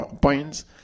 points